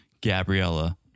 Gabriella